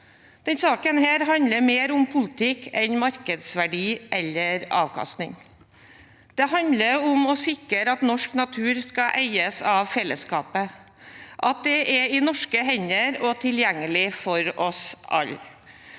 Denne saken handler mer om politikk enn om markedsverdi eller avkastning. Det handler om å sikre at norsk natur skal eies av fellesskapet, at den er i norske hender og tilgjengelig for oss alle.